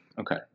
Okay